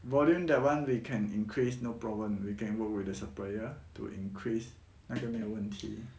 volume that [one] we can increase no problem we can work with the supplier to increase 那个没有问题